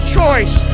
choice